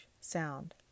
sound